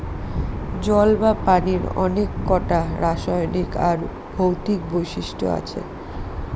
জল বা পানির অনেককটা রাসায়নিক আর ভৌতিক বৈশিষ্ট্য আছে